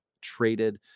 traded